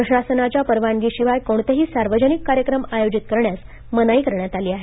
प्रशासनाच्या परवानगीशिवाय कोणतेही सार्वजनिक कार्यक्रम आयोजित करण्यास मनाई करण्यात आली आहे